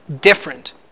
different